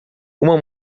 uma